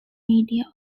media